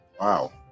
Wow